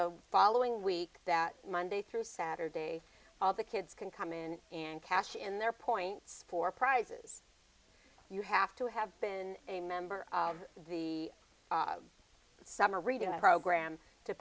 the following week that monday through saturday all the kids can come in and cash in their points for prizes you have to have been a member of the summer reading program to